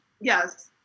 Yes